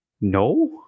No